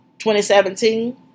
2017